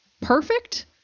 perfect